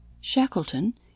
Shackleton